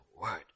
word